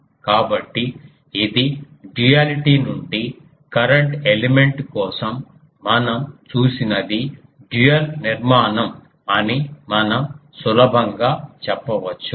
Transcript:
కాబట్టి ఇది డ్యూయాలిటీ నుండి కరెంట్ ఎలిమెంట్ కోసం మనం చూసినది డ్యూయల్ నిర్మాణం అని మనం సులభంగా చెప్పవచ్చు